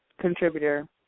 contributor